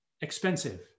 expensive